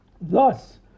Thus